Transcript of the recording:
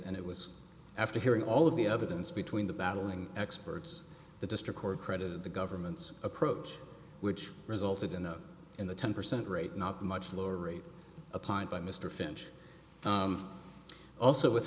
and it was after hearing all of the evidence between the battling experts the district court credited the government's approach which resulted in a in the ten percent rate not the much lower rate applied by mr finch also with